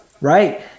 Right